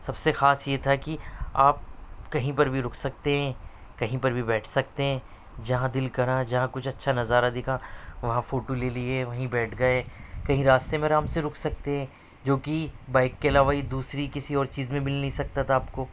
سب سے خاص یہ تھا کی آپ کہیں پر بھی رک سکتے ہیں کہیں پر بھی بیٹھ سکتے ہیں جہاں دل کرا جہاں کچھ اچھا نظارہ دکھا وہاں فوٹو لے لیے وہیں بیٹھ گئے کہیں راستے میں آرام سے رک سکتے ہیں جو کہ بائک کے علاوہ یہ دوسری کسی اور چیز میں مل نہیں سکتا تھا آپ کو